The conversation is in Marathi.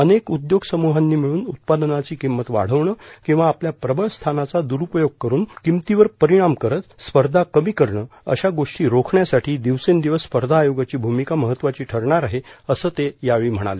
अनेक उद्योग समुहांनी मिळून उत्पादनांची किंमत वाढवणे किंवा आपल्या प्रबळ स्थानाचा द्रुपयोग कठन किंमतींवर परिणाम करत स्पर्धा कमी करणे अशा गोष्टी रोखण्यासाठी दिवसेंदिवस स्पर्धा आयोगाची भूमिका महत्वाची ठरणार आहे असं ते म्हणाले